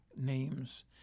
names